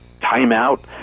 time-out